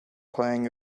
playing